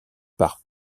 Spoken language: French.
par